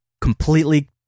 completely